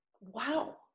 wow